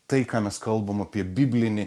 tai ką mes kalbam apie biblinį